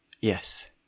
Yes